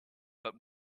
but